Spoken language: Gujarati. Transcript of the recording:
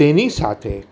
તેની સાથે